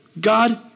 God